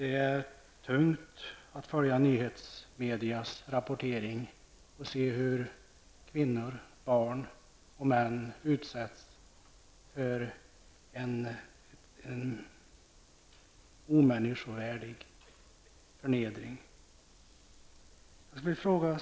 Det är tungt att följa nyhetsmedias rapportering och se hur kvinnor, barn och män utsätts för en icke människovärdig förnedring.